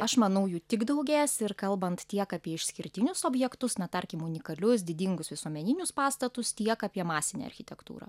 aš manau jų tik daugės ir kalbant tiek apie išskirtinius objektus na tarkim unikalius didingus visuomeninius pastatus tiek apie masinę architektūrą